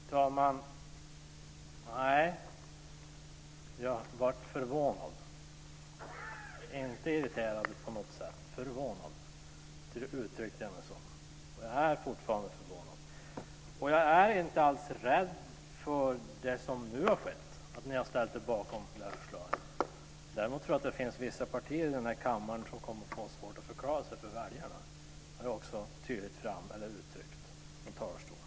Fru talman! Nej, jag blev förvånad, inte irriterad på något sätt. Det var så jag uttryckte det. Och jag är fortfarande förvånad. Jag är inte alls rädd för det som nu har skett, att ni har ställt er bakom detta förslag. Däremot tror jag att det finns vissa partier i den här kammaren som kommer att få svårt att förklara sig för väljarna. Det har jag också tydligt uttryckt från talarstolen.